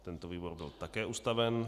Tento výbor byl také ustaven.